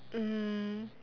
mm